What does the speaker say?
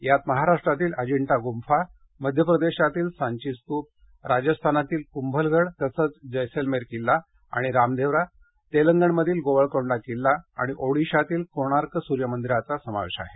यात महाराष्ट्रातील अजिंठा गुंफा मध्य प्रदेशातील सांची स्तूप राजस्थानातील कुम्भलगढ तसंच जैसलमेर किल्ला आणि रामदेवरा तेलंगणमधील गोवळकोंडा किल्ला आणि ओडिशातील कोणार्क सूर्य मंदिराचा समावेश आहे